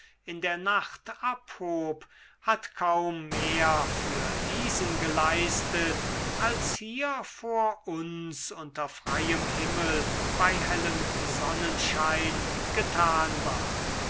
in der nacht abhob hat kaum mehr für diesen geleistet als hier vor uns unter freiem himmel bei hellem sonnenschein getan war